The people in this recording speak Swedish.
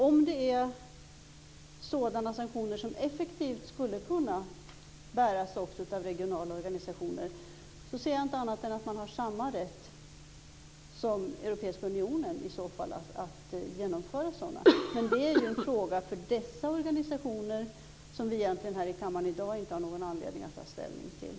Om det är sådana sanktioner som effektivt skulle kunna bäras också av regionala organisationer ser jag inte annat än att man har samma rätt som Europeiska unionen att genomföra sådana. Men det är ju en fråga för dessa organisationer som vi egentligen i kammaren här i dag inte har någon anledning att ta ställning till.